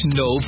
no